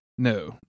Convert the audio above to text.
No